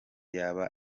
yaba